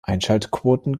einschaltquoten